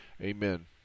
Amen